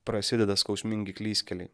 prasideda skausmingi klystkeliai